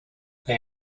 they